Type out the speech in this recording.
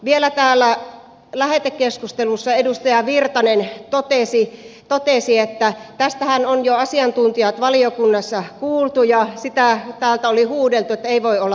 vielä täällä lähetekeskustelussa edustaja virtanen totesi että tästähän on jo asiantuntijat valiokunnassa kuultu ja täältä oli huudeltu että ei voi olla totta